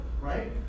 Right